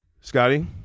Scotty